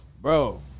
bro